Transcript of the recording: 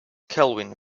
kelvin